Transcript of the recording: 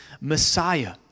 Messiah